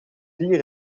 vier